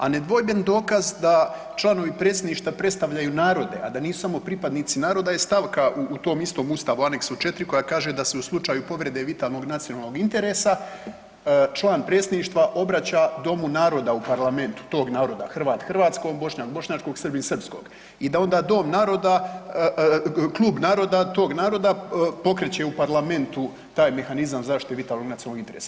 A nedvojben dokaz da članovi Predstavništva predstavljaju narode, a da nisu samo pripadnici naroda je stavka u tom istom Ustavu, aneksu 4. koja kaže da se u slučaju povrede vitalnog nacionalnog interesa član Predsjedništva obraća Domu naroda u Parlamentu, tog naroda Hrvat hrvatskog, Bošnjak bošnjačkog, Srbin srpskog i da onda Dom naroda, klub naroda tog naroda pokreće u Parlamentu taj mehanizam zaštite vitalnog nacionalnog interesa.